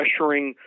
pressuring